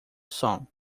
som